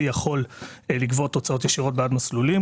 יכול לגבות הוצאות ישירות בעד מסלולים.